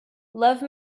love